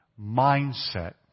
mindset